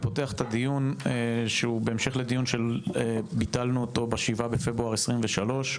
אני פותח את הדיון שהוא בהמשך לדיון שביטלנו אותו ב-7 בפברואר 2023,